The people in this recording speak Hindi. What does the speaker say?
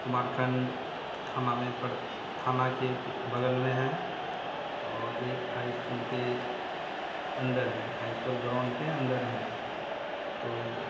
कुमारखंड थाना में पड़ थाना के बग़ल में है और एक हाई इस्कूल के अंदर है हाई इस्कूल ग्रौंड के अंदर है तो